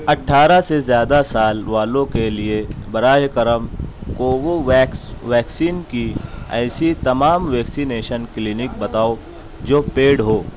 اٹھارہ سے زیادہ سال والوں کے لیے برائے کرم کووو ویکس ویکسین کی ایسی تمام ویکسینیشن کلینک بتاؤ جو پیڈ ہو